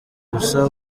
gusa